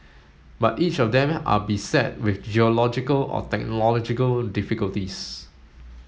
but each of them are beset with geological or technological difficulties